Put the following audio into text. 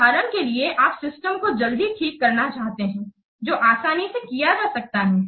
उदाहरण के लिए आप सिस्टम को जल्दी ठीक करना चाहते हैं जो आसानी से किया जा सकता है